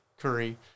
Curry